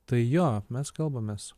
tai jo mes kalbamės